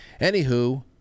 Anywho